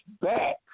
back